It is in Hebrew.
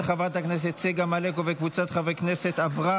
התשפ"ד 2024,